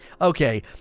okay